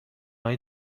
های